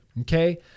okay